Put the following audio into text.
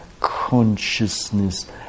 consciousness